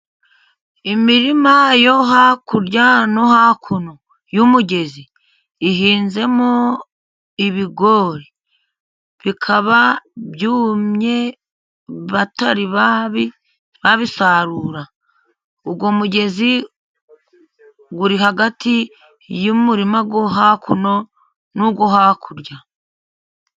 Imirima yo hakurya no hakuno y'umugezi ihinzemo ibigori, bikaba byumye batari babi babisarura. Uwo mugezi uri hagati y'umurima wo hakuno nuwo hakurya.